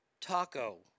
Taco